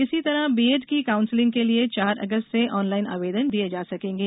इसी तरह बीएड की काउंसलिंग के लिए चार अगस्त से ऑनलाइन आवेदन दिये जा सकेंगे